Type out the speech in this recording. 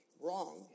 wrong